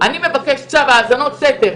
אני מבקש צו האזנות סתר,